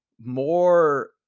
more